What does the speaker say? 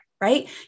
right